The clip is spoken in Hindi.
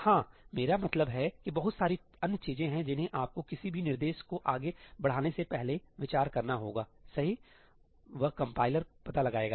हाँ मेरा मतलब है कि बहुत सारी अन्य चीजें हैं जिन्हें आपको किसी भी निर्देश को आगे बढ़ाने से पहले विचार करना होगा सही वह कंपाइलर पता लगाएगा